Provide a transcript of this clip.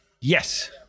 Yes